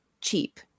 cheap